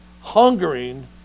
hungering